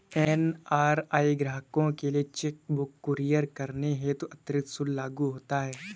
NRI ग्राहकों के लिए चेक बुक कुरियर करने हेतु अतिरिक्त शुल्क लागू होता है